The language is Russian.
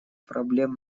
проблем